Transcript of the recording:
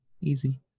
Easy